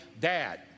dad